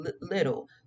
little